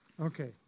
Okay